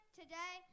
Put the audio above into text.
today